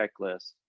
checklist